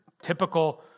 Typical